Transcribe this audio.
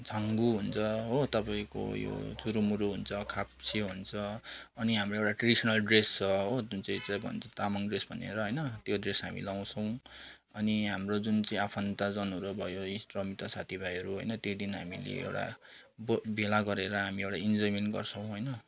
छाङ्गु हुन्छ हो तपाईँको यो चुरोमुरो हुन्छ खाप्सियो हुन्छ अनि हाम्रो एउटा ट्रेडिसनल ड्रेस छ हो जुन चाहिँ चाहिँ भन्छ तामाङ ड्रेस भनेर हैन त्यो ड्रेस हामी लाउँछौँ अनि हाम्रो जुन चाहिँ आफन्तजनहरू भयो इष्टमित्र साथीभाइहरू होइन त्यो दिन हामीले एउटा बो भेला गरेर हामी एउटा इन्जोयमेन गर्छौँ होइन